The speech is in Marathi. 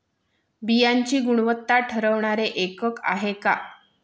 बियाणांची गुणवत्ता ठरवणारे एकक आहे का?